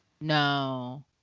no